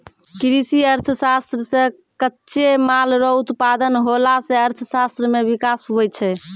कृषि अर्थशास्त्र से कच्चे माल रो उत्पादन होला से अर्थशास्त्र मे विकास हुवै छै